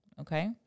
Okay